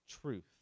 truth